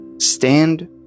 Stand